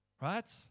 right